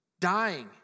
Dying